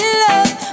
love